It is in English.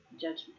judgment